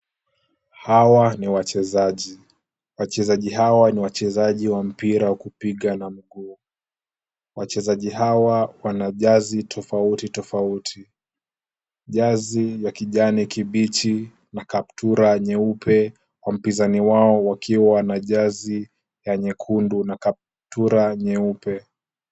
Hawa ni wachezaji. Wachezaji hawa ni wachezaji wa mpira wa kupiga na mguu. Wachezaji hawa wana jazi tofauti tofauti. Jazi ya kijani kibichi na kaptura nyeupe, kwa mpinzani wao wakiwa wana jazi ya nyekundu na kaptura nyeupe.